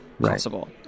possible